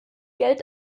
geld